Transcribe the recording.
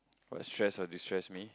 or stress or distress me